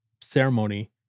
ceremony